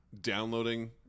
downloading